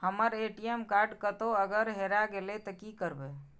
हमर ATM card कतहो अगर हेराय गले ते की करबे?